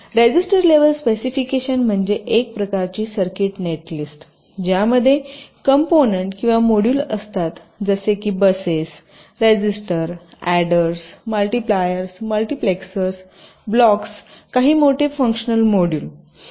register level specification म्हणजे एक प्रकारची सर्किट नेट लिस्ट ज्यामध्ये कॉम्पोनन्ट किंवा मॉड्यूल असतात जसे की buses register adders multipliers multiplexers ब्लॉक्सचे काही मोठे फंक्शनल मॉड्यूल